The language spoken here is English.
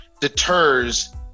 deters